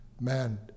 man